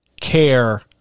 care